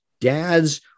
Dads